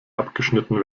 abgeschnitten